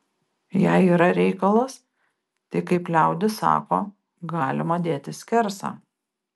jei yra reikalas tai kaip liaudis sako galima dėti skersą